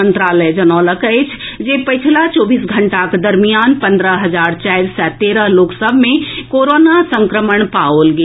मंत्रालय जनौलक अछि पछिला चौबीस घंटाक दरमियान पंद्रह हजार चारि सय तेरह लोक सभ मे कोरोना संक्रमण पाओल गेल